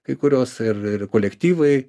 kai kurios ir ir kolektyvai